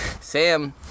Sam